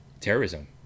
terrorism